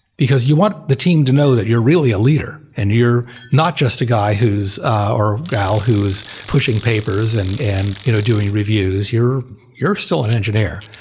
because you want the team to know that you're really a leader and you're not just a guy or gal who's pushing papers and and you know doing reviews. you're you're still an engineer.